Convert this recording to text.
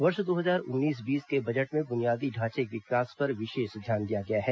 वर्ष दो हजार उन्नीस बीस के बजट में बुनियादी ढांचे के विकास पर विशेष ध्यान दिया गया है